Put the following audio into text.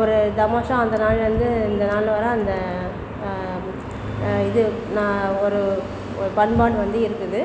ஒரு தமாஷாக அந்த நாளிலேருந்து இந்த நாள் வரை அந்த இது நான் ஒரு ஒரு பண்பாடு வந்து இருக்குது